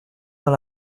dans